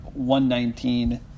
119